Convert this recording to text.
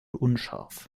unscharf